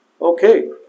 okay